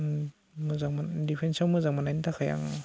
मोजां मोनो दिफेन्साव मोजां मोननायनि थाखाय आं